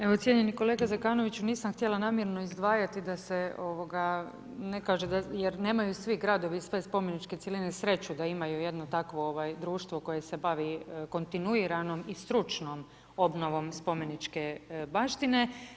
Evo cijenjeni kolega Zekanoviću, nisam htjela namjerno izdvajati da se ne kaže jer nemaju svi gradovi, sve spomeničke cjeline sreću da imaju jedno takvo društvo koje se bavi kontinuiranom i stručnom obnovom spomeničke baštine.